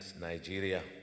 Nigeria